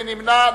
מי נמנע?